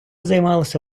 займалися